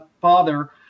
father